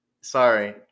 Sorry